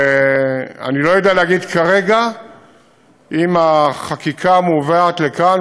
ואני לא יודע להגיד כרגע אם החקיקה מובאת לכאן,